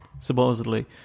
supposedly